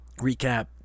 Recap